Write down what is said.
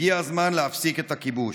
הגיע הזמן להפסיק את הכיבוש.